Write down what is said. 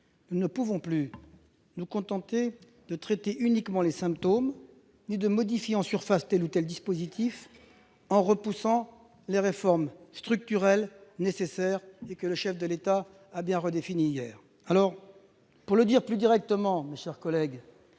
Nous ne pouvons plus nous contenter de traiter les symptômes ou de modifier en surface tel ou tel dispositif tout en repoussant les réformes structurelles nécessaires, que le chef de l'État a bien redéfinies hier. Alors, je veux m'adresser à vous plus directement, mes chers collègues